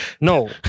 No